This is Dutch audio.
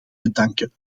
bedanken